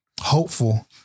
hopeful